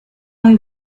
muy